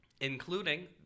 including